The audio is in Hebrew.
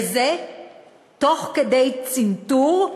וזה תוך כדי צנתור,